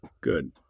Good